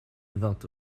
vingt